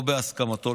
או בהסכמתו,